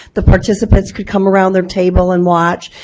the participants could come around their table and watch.